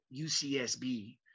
UCSB